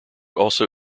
also